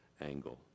angle